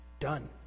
Done